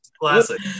Classic